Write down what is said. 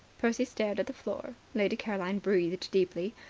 percy stared at the floor. lady caroline breathed deeply.